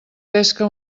pesca